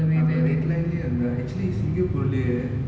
அப:apa red line lah யே இருந்தா:ye irunthaa actually singapore lah யே:ye